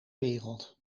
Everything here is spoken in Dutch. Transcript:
wereld